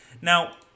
Now